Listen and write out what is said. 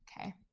okay